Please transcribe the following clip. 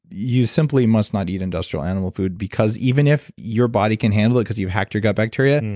you simply must not eat industrial animal food because even if your body can handle it because you've hacked your gut bacteria,